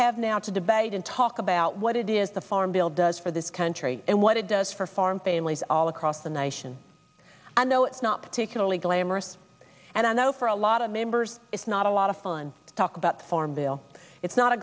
have now to debate and talk about what it is the farm bill does for this country and what it does for farm families all across the nation i know it's not particularly glamorous and i know for a lot of members it's not a lot of fun to talk about farmville it's not a